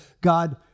God